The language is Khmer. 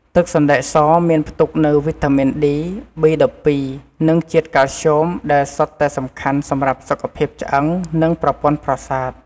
ទឹកសណ្តែកសមានផ្ទុកនូវវីតាមីន D, B12 និងជាតិកាល់ស្យូម ដែលសុទ្ធតែសំខាន់សម្រាប់សុខភាពឆ្អឹង និងប្រព័ន្ធប្រសាទ។